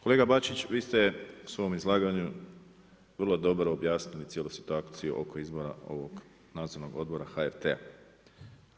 Kolega Bačić vi ste u svom izlaganju vrlo dobro objasnili cijelu situaciju oko izbora ovog Nadzornog odbora HRT-a.